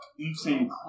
Insane